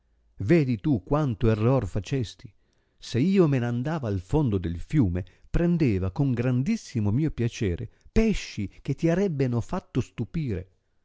vedi tu quanto error facesti se io me n andava al fondo del fiume prendeva con grandissimo mio piacere pesci che ti arebbeno fatto stupire